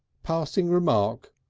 passing remark.